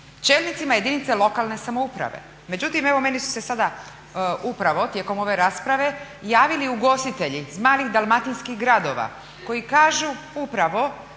čelnicima jedinice lokalne samouprave. Međutim, evo meni su se sada upravo tijekom ove rasprave javili ugostitelji iz malih dalmatinskih gradova koji kažu upravo